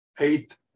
eight